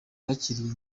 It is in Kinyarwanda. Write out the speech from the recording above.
bakiriye